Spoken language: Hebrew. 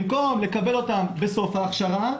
במקום לקבל אותם בסוף ההכשרה,